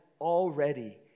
already